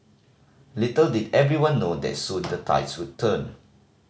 little did everyone know that soon the tides would turn